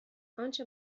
آنچه